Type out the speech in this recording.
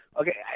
Okay